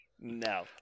no